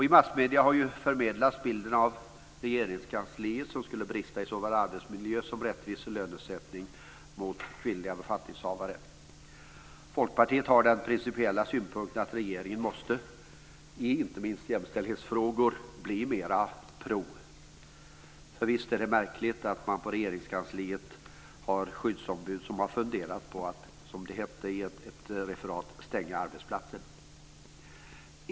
I massmedierna har ju bilden av Regeringskansliet förmedlats, där det skulle finnas brister när det gäller såväl arbetsmiljö som rättvis lönesättning för kvinnliga befattningshavare. Folkpartiet har den principiella synpunkten att regeringen inte minst i jämställdhetsfrågor måste bli mera "pro". Visst är det märkligt att man på Regeringskansliet har skyddsombud som har funderat på att "stänga arbetsplatsen", som det hette i ett referat.